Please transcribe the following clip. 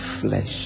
flesh